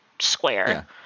square